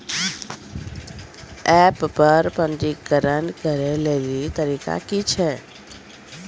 App पर पंजीकरण करै लेली तरीका की छियै?